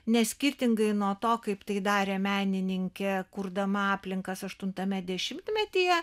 nes skirtingai nuo to kaip tai darė menininkė kurdama aplinkas aštuntame dešimtmetyje